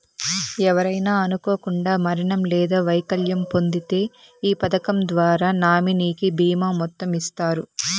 ఎవరైనా అనుకోకండా మరణం లేదా వైకల్యం పొందింతే ఈ పదకం ద్వారా నామినీకి బీమా మొత్తం ఇస్తారు